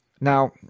Now